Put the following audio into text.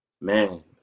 Man